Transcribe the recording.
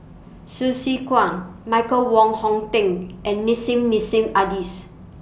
Su Se Kwang Michael Wong Hong Teng and Nissim Nassim Adis